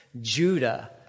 Judah